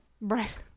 right